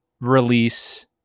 release